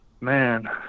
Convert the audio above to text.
man